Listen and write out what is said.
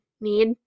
need